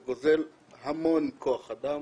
זה גוזל המון כוח אדם,